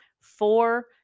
four